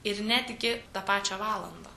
ir netgi tą pačią valandą